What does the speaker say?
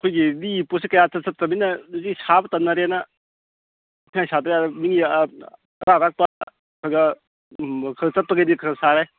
ꯑꯩꯈꯣꯏꯒꯤ ꯂꯤꯒꯤ ꯄꯣꯠꯁꯦ ꯀꯌꯥ ꯏꯆꯠ ꯆꯠꯇꯃꯤꯅ ꯍꯧꯖꯤꯛ ꯁꯥꯕ ꯇꯟꯅꯔꯦꯅ ꯏꯟꯊꯤ ꯅꯨꯡꯉꯥꯏꯅ ꯁꯥꯗ꯭ꯔꯦ ꯃꯤ ꯑꯔꯥꯛ ꯑꯔꯥꯛꯄ ꯈꯔ ꯈꯔ ꯆꯠꯄꯒꯩꯗꯤ ꯈꯔ ꯈꯔ ꯁꯥꯔꯦ